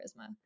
charisma